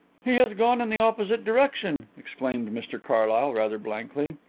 he has gone in the opposite direction, exclaimed mr carlyle, rather blankly.